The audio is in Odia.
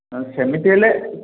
ସେମିତି ହେଲେ